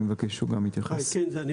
כמו שהוזכר